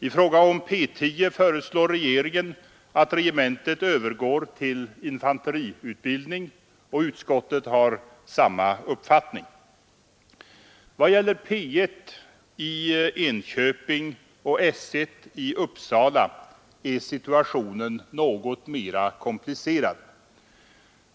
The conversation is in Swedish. I fråga om P 10 föreslår regeringen att regementet övergår till infanteriutbildning, och utskottet har samma uppfattning. Vad gäller P 1 i Enköping och S 1 i Uppsala är situationen något mera komplicerad.